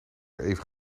even